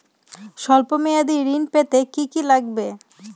সল্প মেয়াদী ঋণ পেতে কি কি লাগবে?